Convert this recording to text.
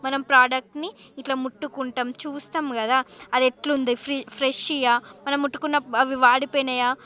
మనము ప్రొడక్టుని ఇట్లా ముట్టుకుంటాం చూస్తం కదా అదెట్లుందో ఫ్రె ఫ్రెషుగా మనము ముట్టుకున్నపుడు అవి వాడిపోయినాయా